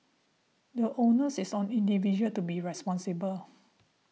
the onus is on individuals to be responsible